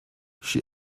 she